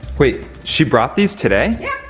wait, she brought these today? yeah.